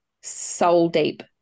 soul-deep